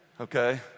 Okay